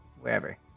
wherever